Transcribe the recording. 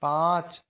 पाँच